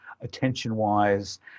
attention-wise